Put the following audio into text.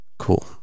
cool